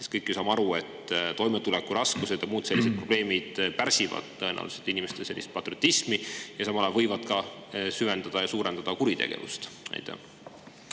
Kõik me ju saame aru, et toimetulekuraskused ja muud sellised probleemid pärsivad tõenäoliselt inimeste patriotismi ja samal ajal võivad ka süvendada ja suurendada kuritegevust.